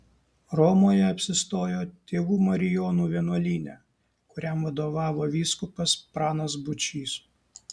romoje apsistojo tėvų marijonų vienuolyne kuriam vadovavo vyskupas pranas būčys